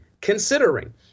considering